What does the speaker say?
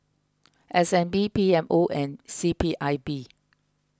S N B P M O and C P I B